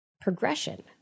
progression